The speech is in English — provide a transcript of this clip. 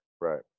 right